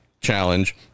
challenge